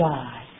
God